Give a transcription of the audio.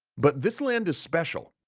but this land is special,